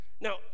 Now